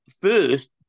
first